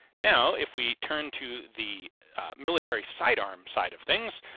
now if we turn to the military sidearm side of things,